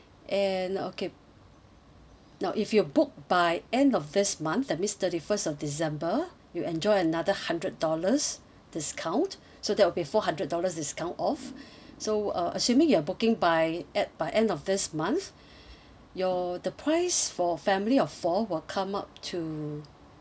and okay now if you book by end of this month that means thirty first of december you enjoy another hundred dollars discount so that will be four hundred dollars discount off so uh assuming you are booking by end by end of this month your the price for family of four will come up to